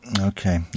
Okay